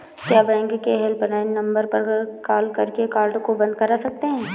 क्या बैंक के helpline number पर कॉल करके कार्ड को बंद करा सकते हैं?